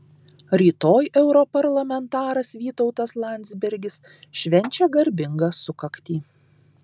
rytoj europarlamentaras vytautas landsbergis švenčia garbingą sukaktį